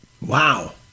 Wow